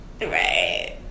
Right